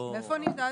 מאיפה אני יודעת?